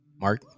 Mark